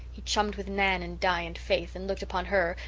he chummed with nan and di and faith, and looked upon her,